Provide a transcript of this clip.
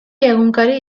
egunkari